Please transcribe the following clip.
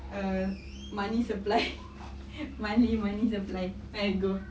err money supply monthly money supply then I'll go